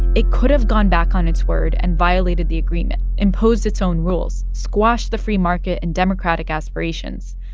it could have gone back on its word and violated the agreement, imposed its own rules, squashed the free market and democratic aspirations.